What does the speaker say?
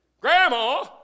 grandma